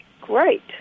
great